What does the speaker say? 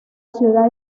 ciudad